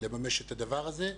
לממש את הדבר הזה,